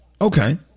Okay